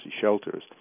shelters